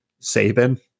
Saban